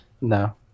No